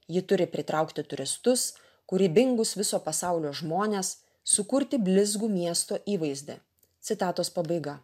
ji turi pritraukti turistus kūrybingus viso pasaulio žmones sukurti blizgų miesto įvaizdį citatos pabaiga